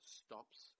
stops